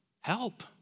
Help